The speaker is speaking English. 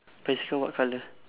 bicycle what colour